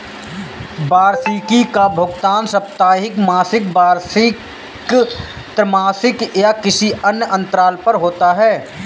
वार्षिकी का भुगतान साप्ताहिक, मासिक, वार्षिक, त्रिमासिक या किसी अन्य अंतराल पर होता है